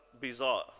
bizarre